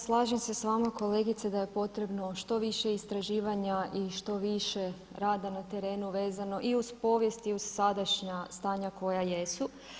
Slažem se s vama kolegice da je potrebno što više istraživanja i što više rada na terenu vezano i uz povijest i uz sadašnja stanja koja jesu.